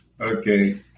Okay